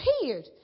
appeared